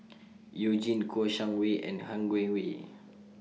YOU Jin Kouo Shang Wei and Han Guangwei